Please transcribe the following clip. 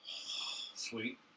Sweet